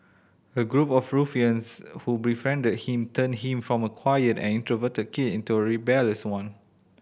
a group of ruffians who befriended him turned him from a quiet and introverted kid into a rebellious one